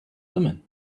women